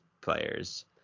players